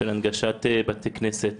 של הנגשת בתי כנסת,